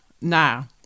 now